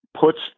puts